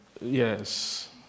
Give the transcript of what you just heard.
Yes